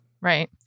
Right